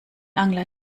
angler